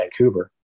Vancouver